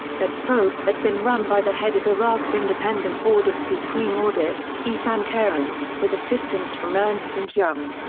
that probe had been run by the head of iraq's independent board of supreme audit, ehsan karim, with assistance from ernst and young.